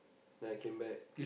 then I came back